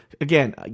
again